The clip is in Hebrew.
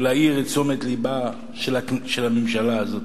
להעיר את תשומת-לבה של הממשלה הזאת.